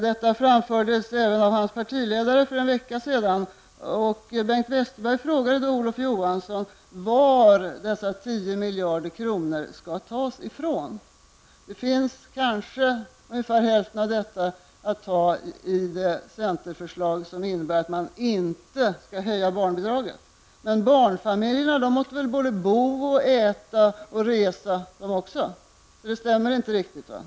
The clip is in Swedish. Detta framfördes även av hans partiledare för en vecka sedan, och Bengt Westerberg frågade då Olof Johansson varifrån dessa 10 miljarder kronor skall tas. Ungefär hälften finns kanske att ta i det centerförslag som innebär att man inte skall höja barnbidraget. Men barnfamiljerna måste väl bo, äta och resa de också. Så det stämmer inte riktigt.